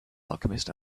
alchemist